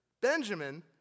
Benjamin